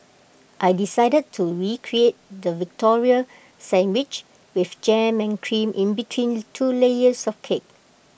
I decided to recreate the Victoria sandwich with jam and cream in between two layers of cake